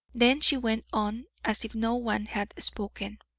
then she went on, as if no one had spoken